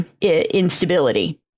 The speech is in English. instability